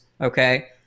okay